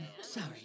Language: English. sorry